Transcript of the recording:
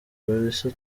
producer